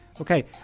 Okay